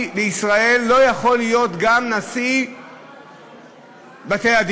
לישראל לא יכול להיות גם נשיא בתי-הדין,